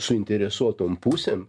suinteresuotom pusėm